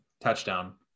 touchdown